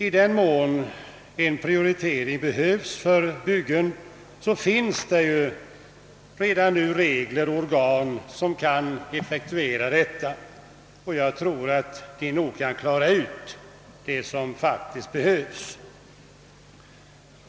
I den mån en prioritering behövs för byggen så finns det ju redan nu regler och organ som kan effektuera detta, och jag tror nog att de kan klara ut det som faktiskt behövs.